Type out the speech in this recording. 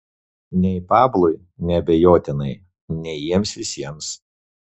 nei pablui neabejotinai nei jiems visiems